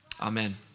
amen